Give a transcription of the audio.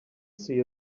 see